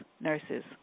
nurses